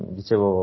dicevo